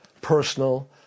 personal